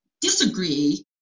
disagree